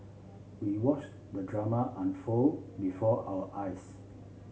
we watched the drama unfold before our eyes